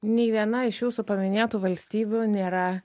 nei viena iš jūsų paminėtų valstybių nėra